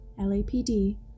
lapd